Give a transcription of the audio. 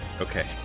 Okay